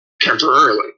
temporarily